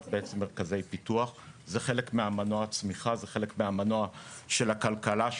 מרכזי פיתוח וזה חלק ממנוע הצמיחה וחלק מהמנוע של הכלכלה,